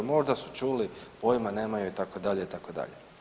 Možda su čuli, pojima nemaju itd., itd.